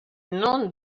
non